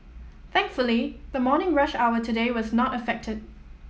thankfully the morning rush hour today was not affected